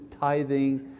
tithing